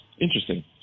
Interesting